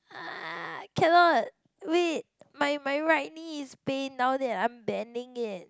cannot wait my my right knee is pain now that I am bending it